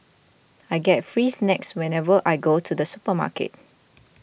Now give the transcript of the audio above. I get free snacks whenever I go to the supermarket